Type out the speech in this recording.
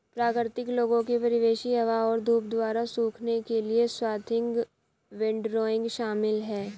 प्राकृतिक लोगों के परिवेशी हवा और धूप द्वारा सूखने के लिए स्वाथिंग विंडरोइंग शामिल है